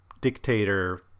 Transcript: dictator